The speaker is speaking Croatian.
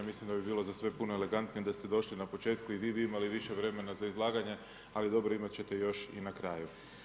Mislim da bi bilo za sve puno elegantnije da ste došli na početku i vi bi imali više vremena za izlaganje, ali dobro, imati ćete još i na kraju.